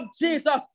Jesus